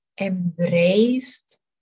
embraced